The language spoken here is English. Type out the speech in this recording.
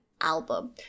album